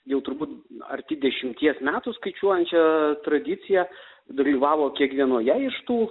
jau turbūt arti dešimties metų skaičiuojančią tradiciją dalyvavo kiekvienoje iš tų